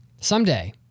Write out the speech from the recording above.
Someday